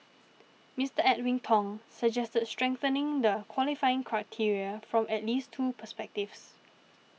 Mister Edwin Tong suggested strengthening the qualifying criteria from at least two perspectives